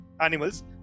animals